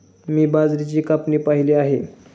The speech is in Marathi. मी बाजरीची कापणी पाहिली आहे